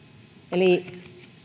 eli